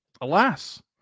alas